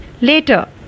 later